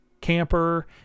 camper